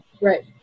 Right